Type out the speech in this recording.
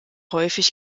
häufig